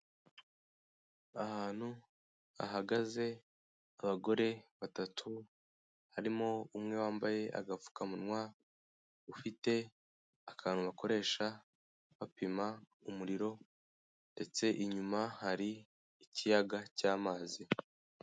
Ahantu hahagaze abagore batatu harimo umwe wambaye agapfukamunwa ufite akantu bakoresha bapima umuriro ndetse inyuma hari ikiyaga cy'amazi.